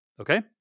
okay